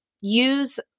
use